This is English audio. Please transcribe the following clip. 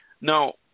Now